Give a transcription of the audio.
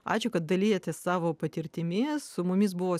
ačiū kad dalijatės savo patirtimi su mumis buvo